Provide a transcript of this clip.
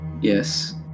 Yes